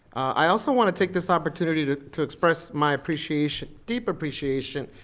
i also wanna take this opportunity to to express my appreciation, deep appreciation,